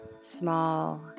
small